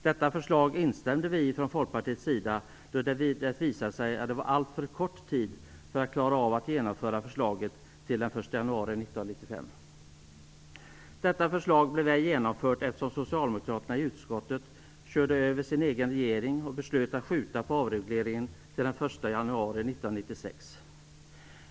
Detta förslag instämde vi i från Folkpartiets sida, då det visade sig att det var alltför kort tid kvar för att klara av att genomföra förslaget till den 1 Detta förslag blev ej genomfört, eftersom socialdemokraterna i utskottet körde över sin egen regering och beslutade att skjuta på avregleringen till den 1 januari 1996.